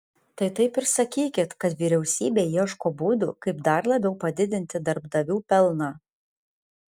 tai taip ir sakykit kad vyriausybė ieško būdų kaip dar labiau padidinti darbdavių pelną